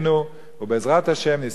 ובעזרת השם נזכה לגאולה השלמה.